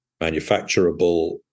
manufacturable